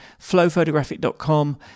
flowphotographic.com